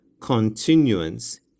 continuance